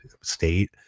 state